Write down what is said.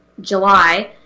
July